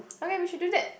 okay we should do that